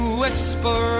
whisper